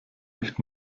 nicht